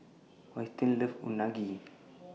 Austen loves Unagi